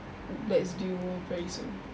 that's due very soon